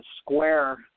square